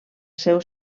seu